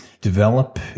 develop